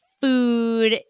food